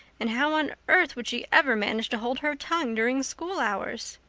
and how on earth would she ever manage to hold her tongue during school hours?